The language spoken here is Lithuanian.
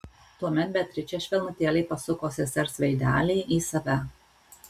tuomet beatričė švelnutėliai pasuko sesers veidelį į save